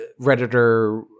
Redditor